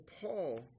Paul